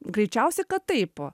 greičiausiai kad taip